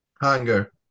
Hunger